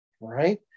right